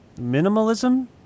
minimalism